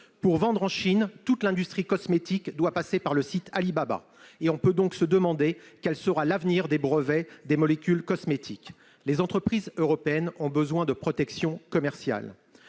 Pour vendre en Chine, toute l'industrie cosmétique doit passer par le site Alibaba. On peut donc se demander quel sera l'avenir des brevets des molécules cosmétiques. Les entreprises européennes ont besoin de protection commerciale.